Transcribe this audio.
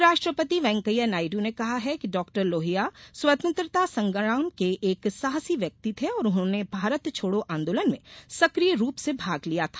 उपराष्ट्रपति वेंकैया नायड् ने कहा है कि डॉक्टर लोहिया स्वतंत्रता संग्राम के एक साहसी व्यक्ति थे और उन्होंने भारत छोड़ो आदोलन में सक्रिय रूप से भाग लिया था